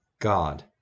God